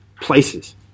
places